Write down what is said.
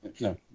No